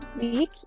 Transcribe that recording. week